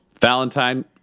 Valentine